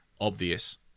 obvious